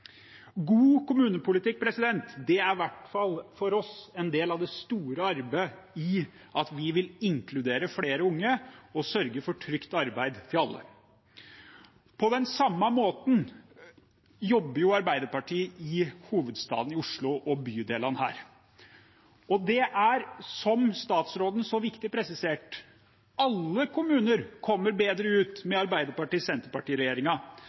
God kommunepolitikk er, i hvert for oss, en del av det store arbeidet ved at vi vil inkludere flere unge og sørge for trygt arbeid til alle. På den samme måten jobber jo Arbeiderpartiet i hovedstaden i Oslo og bydelene her. Og det er slik, som statsråden så riktig presiserte, at alle kommuner kommer bedre ut